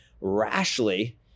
rashly